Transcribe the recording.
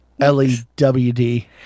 L-E-W-D